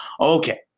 Okay